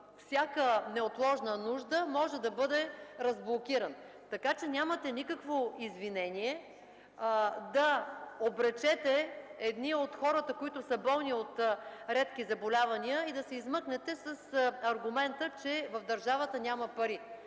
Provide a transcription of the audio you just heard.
всяка неотложна нужда може да бъде разблокиран. Нямате никакво извинение да обречете едни от хората, които са болни от редки заболявания и да се измъкнете с аргумента, че в държавата няма пари.